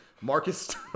Marcus